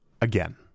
Again